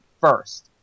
first